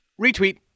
Retweet